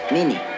Mini